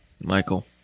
Michael